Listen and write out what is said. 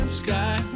sky